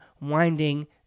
winding